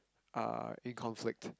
uh in conflict